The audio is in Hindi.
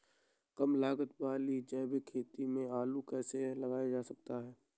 कम लागत वाली जैविक खेती में आलू कैसे लगाया जा सकता है?